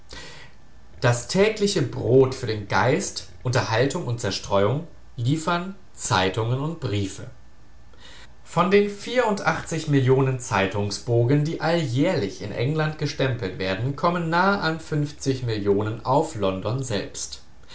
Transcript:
das tägliche brot für den geist unterhaltung und zerstreuung liefern zeitungen und briefe von den millionen zeitungsbogen die alljährlich in england gestempelt werden kommen nah an millionen auf london selbst